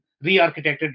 re-architected